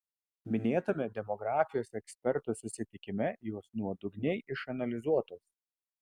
minėtame demografijos ekspertų susitikime jos nuodugniai išanalizuotos